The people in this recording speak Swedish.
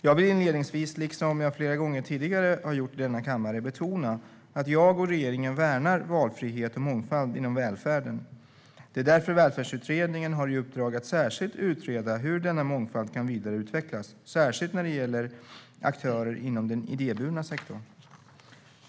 Jag vill inledningsvis, liksom jag flera gånger tidigare har gjort i denna kammare, betona att jag och regeringen värnar valfrihet och mångfald inom välfärden. Det är därför Välfärdsutredningen har i uppdrag att särskilt utreda hur denna mångfald kan vidareutvecklas, särskilt när det gäller aktörer inom den idéburna sektorn.